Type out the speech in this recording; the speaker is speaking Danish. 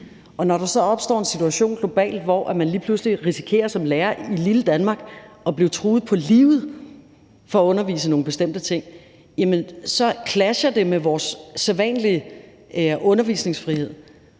Og når der så opstår en situation globalt, hvor man som lærer i lille Danmark lige pludselig risikerer at blive truet på livet for at undervise i nogle bestemte ting, jamen så clasher det med vores sædvanlige undervisningsfrihed.